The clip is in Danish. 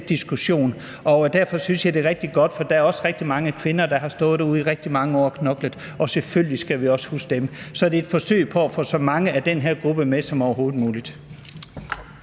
diskussion, og derfor synes jeg, det er rigtig godt, for der er også rigtig mange kvinder, der har stået derude i mange år og knoklet, og selvfølgelig skal vi også huske dem. Så det er et forsøg på at få så mange af den her gruppe med som overhovedet muligt.